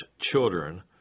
children